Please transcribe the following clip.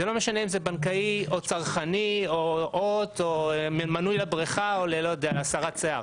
זה לא משנה אם הבנקאי או צרכני או מנוי לבריכה או הסרת שיער.